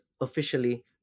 officially